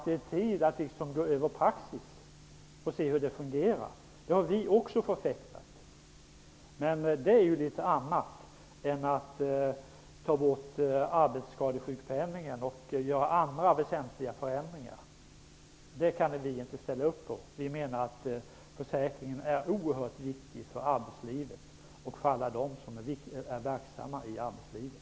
Det är tid att se över praxis och se hur det fungerar. Det har vi också förfäktat i flera motioner i olika sammanhang. Men det är något annat än att ta bort arbetsskadesjukpenningen och göra andra väsentliga förändringar. Det kan vi inte ställa upp på. Vi menar att försäkringen är oerhört viktig för arbetslivet och för alla dem som är verksamma i arbetslivet.